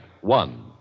One